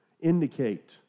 indicate